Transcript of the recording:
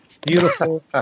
Beautiful